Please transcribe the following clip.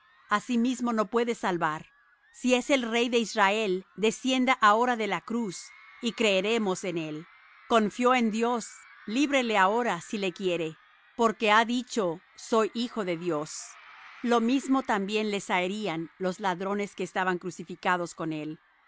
sí mismo no puede salvar si es el rey de israel descienda ahora de la cruz y creeremos en él confió en dios líbrele ahora si le quiere porque ha dicho soy hijo de dios lo mismo también le zaherían los ladrones que estaban crucificados con él